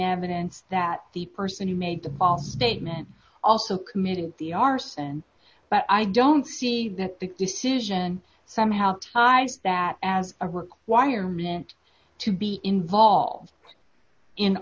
evidence that the person who made the false statement also committed the arson but i don't see that the decision somehow ties that as a requirement to be involved in